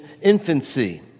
infancy